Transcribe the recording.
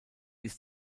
ist